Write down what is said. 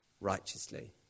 righteously